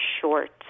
short